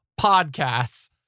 podcasts